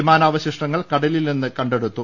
വിമാനാ വശിഷ്ടങ്ങൾ കടലിൽ നിന്ന് കണ്ടെടുത്തു